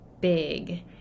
big